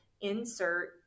insert